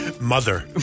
Mother